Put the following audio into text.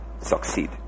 succeed